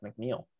McNeil